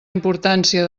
importància